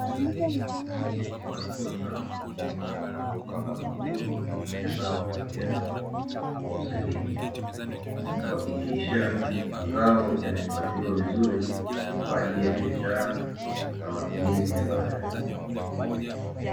Watu watatu wakipanga mavuno ya zao la viazi kwa usahihi, kuhakikisha mazao yanahifadhiwa vizuri kwa ajili ya biashara na matumizi ya baadaye.